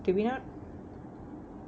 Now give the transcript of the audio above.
did we not